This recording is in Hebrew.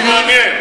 שנייה,